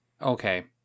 okay